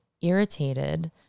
irritated